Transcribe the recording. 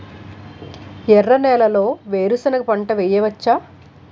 ఎర్ర నేలలో వేరుసెనగ పంట వెయ్యవచ్చా?